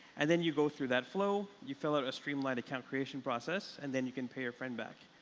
and then you go through that flow, you fill out a streamlined account creation process. and then you can pay your friend back.